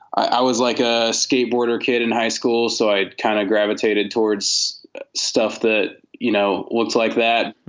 i was like a skateboarder kid in high school. so i kind of gravitated towards stuff that, you know, looks like that.